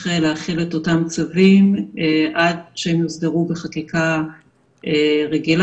להכין את אותם צווים עד שהם יוסדרו בחקיקה רגילה.